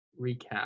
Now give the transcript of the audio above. recap